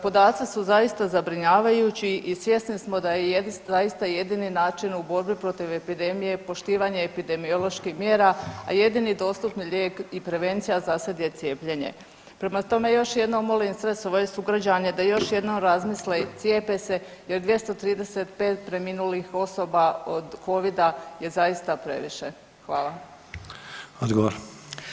Podaci su zaista zabrinjavajući i svjesni smo da je zaista jedini način u borbi protiv epidemije poštivanje epidemioloških mjera, a jedini dostupni lijek i prevencija zasad je cijepljenje, prema tome, još jednom molim sve svoje sugrađane da još jednom razmisle, cijepe se jer 235 preminulih osoba od Covida je zaista previše.